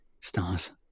stars